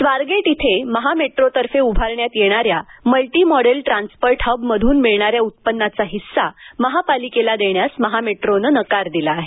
स्वारगेट इथे महामेट्रोतर्फे उभारण्यात येणाऱ्या मल्टिमॉडेल ट्रान्सपोर्ट हव मध्रन मिळणाऱ्या उत्पन्नाचा हिस्सा महापालिकेला देण्यास महामेट्रोने नकार दिला आहे